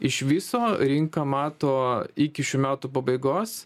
iš viso rinka mato iki šių metų pabaigos